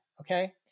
okay